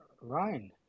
Ryan